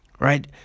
Right